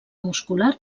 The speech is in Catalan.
muscular